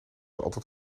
altijd